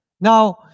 Now